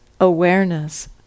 awareness